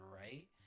right